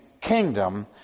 kingdom